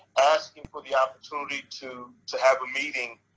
asking for the opportunity to to have a meeting,